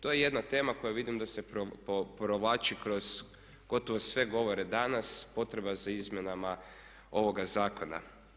To je jedna tema koja vidim da se provlači kroz gotovo sve govore danas, potreba za izmjenama ovoga zakona.